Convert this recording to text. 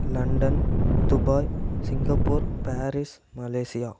London Dubai Singapore Paris Malaysia